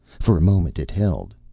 for a moment it held.